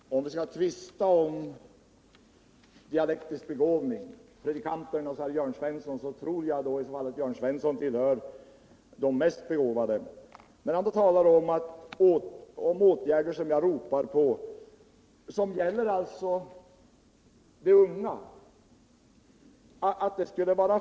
Herr talman! Skall vi tvista om predikanternas och Jörn Svenssons dialektiska begåvning så tror jag att Jörn Svensson tillhör de mest begåvade. Han säger att de åtgärder som jag ropar på skulle vara fel. Men här gäller det de unga.